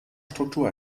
struktur